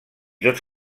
tots